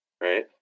Right